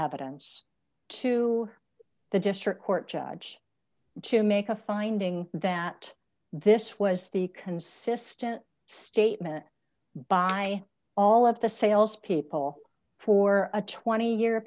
evidence to the district court judge to make a finding that this was the consistent statement by all of the salespeople for a twenty year